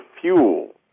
fuel